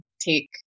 take